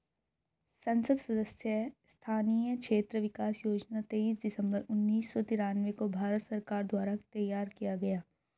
संसद सदस्य स्थानीय क्षेत्र विकास योजना तेईस दिसंबर उन्नीस सौ तिरान्बे को भारत सरकार द्वारा तैयार किया गया